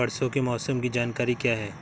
परसों के मौसम की जानकारी क्या है?